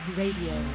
radio